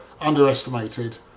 underestimated